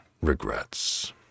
regrets